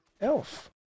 Elf